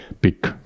pick